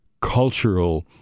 cultural